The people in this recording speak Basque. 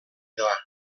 doa